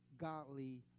godly